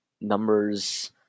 numbers